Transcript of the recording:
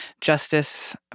justice